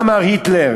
מה אמר היטלר: